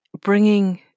bringing